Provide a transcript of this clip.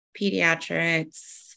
pediatrics